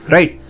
Right